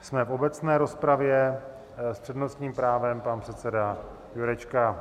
Jsme v obecné rozpravě, s přednostním právem pan předseda Jurečka.